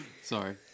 Sorry